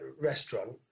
restaurant